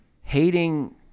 hating